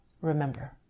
Remember